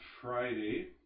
Friday